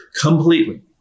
completely